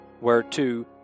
whereto